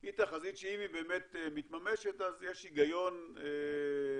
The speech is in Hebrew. היא תחזית שאם היא באמת מתממשת אז יש היגיון לייעוד